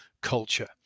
culture